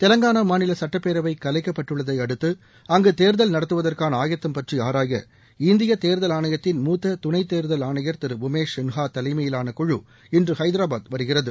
தெலங்கனா மாநில சட்டப்பேரவை கலைக்கப்பட்டுள்ளதையடுத்து அங்கு தேர்தல் நடத்துவதற்கான ஆயத்தம் பற்றி ஆராய இந்திய தேர்தல் ஆணையத்தின் மூத்த துணைத்தேர்தல் ஆணையர் திரு உமேஷ் சின்ஹா தலைமையிலான குழு இன்று ஹைதராபாத் வருகிறது